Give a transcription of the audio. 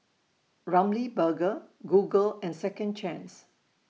Ramly Burger Google and Second Chance